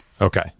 okay